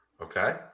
Okay